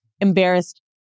embarrassed